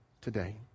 today